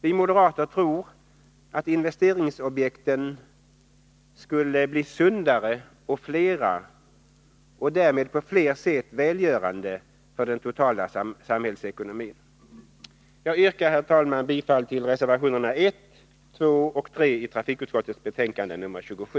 Vi moderater tror att investeringsobjekten skulle bli sundare och flera och därmed på fler sätt välgörande för den totala samhällsekonomin. Jag yrkar, herr talman, bifall till reservationerna 1, 2 och 3 i trafikutskottets betänkande nr 27.